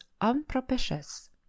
unpropitious